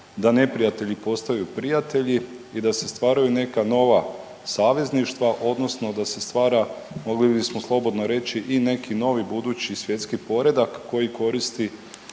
da neprijatelji postaju prijatelji i da se stvaraju neka nova savezništva odnosno da se stvara mogli bismo slobodno reći i neki novi budući svjetski poredak koji koristi